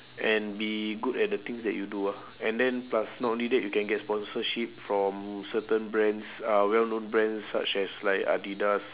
and be good at the things that you do ah and then plus not only that you can get sponsorship from certain brands uh well known brands such as like adidas